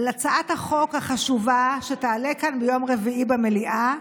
על הצעת החוק החשובה שתעלה כאן ביום רביעי במליאה.